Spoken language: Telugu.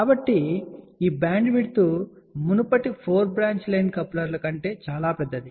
కాబట్టి ఈ బ్యాండ్విడ్త్ మునుపటి 4 బ్రాంచ్ లైన్ కప్లర్ కంటే చాలా పెద్దది